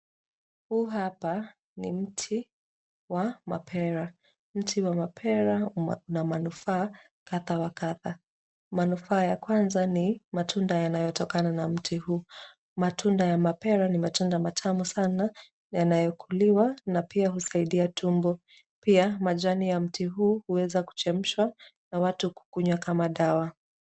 Huu hapa ni mti wa mapera. Mti wa mapera una manufaa kadha wa kadha. Manufaa ya kwanza ni matunda yanaotokana na mti huu. Matunda ya mapera ni matunda matamu sana yanayokuliwa na pia husaidia tumbo. Pia majani ya mti huu huweza kuchemshwa na watu kukunywa kama dawa.